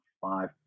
five